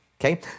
okay